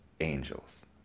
angels